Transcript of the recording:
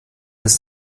ist